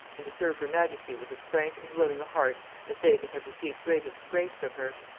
and to serve her majesty with as frank and willing a heart as they that have received greatest grace from her.